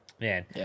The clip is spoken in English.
Man